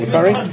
Barry